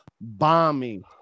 bombing